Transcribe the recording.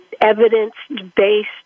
evidence-based